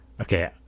Okay